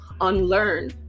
unlearn